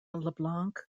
leblanc